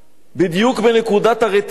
בדיוק בנקודת הרתיחה,